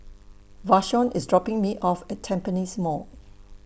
Vashon IS dropping Me off At Tampines Mall